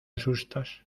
asustas